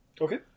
okay